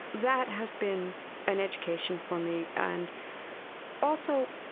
that has been an education for me. and also,